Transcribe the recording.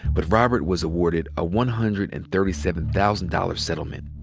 but robert was awarded a one hundred and thirty seven thousand dollars settlement.